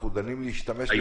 אנחנו דנים על להשתמש בזה.